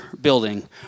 building